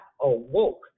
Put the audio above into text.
awoke